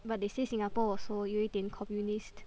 but they say Singapore also 有一点 communist